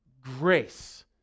Grace